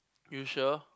you sure